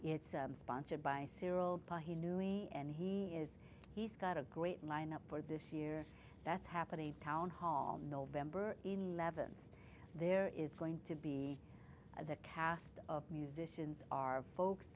it's sponsored by cyril he knew me and he is he's got a great line up for this year that's happening town hall nov eleventh there is going to be the cast of musicians are folks